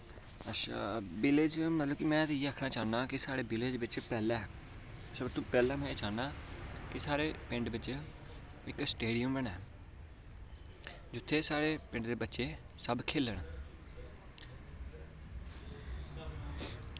hello अच्छा village में ते इयै आक्खना चाह्न्नां कि साढ़े विलेज़ बिच पैह्लें सब तू पैह्लें में चाह्न्नां कि साढ़े पिंड बिच इक्क स्टेडियम बने जित्थें साढ़े पिंड दे बच्चे सब खेल्लन